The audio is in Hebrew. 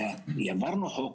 זה שהעברנו חוק,